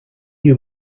you